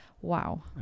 Wow